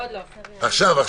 עכשיו.